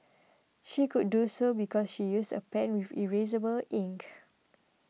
she could do so because she used a pen with erasable ink